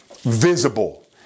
visible